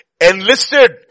enlisted